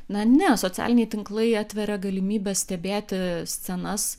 na ne socialiniai tinklai atveria galimybę stebėti scenas